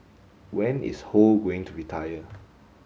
when is Ho going to retire